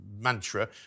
mantra